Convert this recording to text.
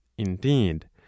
Indeed